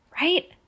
right